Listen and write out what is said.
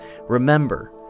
Remember